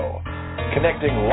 Connecting